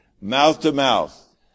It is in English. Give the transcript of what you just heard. mouth-to-mouth